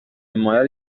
حمایت